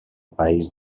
país